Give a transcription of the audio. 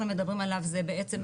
מדברים עליו זה בעצם,